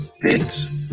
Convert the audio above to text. bits